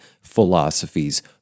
philosophies